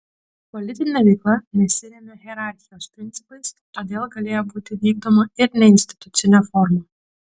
politinė veikla nesirėmė hierarchijos principais todėl galėjo būti vykdoma ir neinstitucine forma